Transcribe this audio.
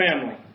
family